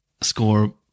score